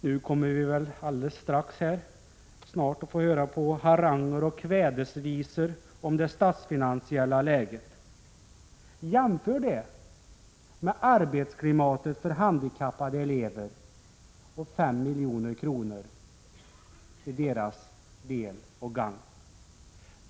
Nu kommer vi väl snart att få höra haranger och kvädesvisor om det statsfinansiella läget. Jämför det med arbetsklimatet för handikappade elever och 5 milj.kr. till deras gagn.